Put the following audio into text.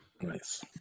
Nice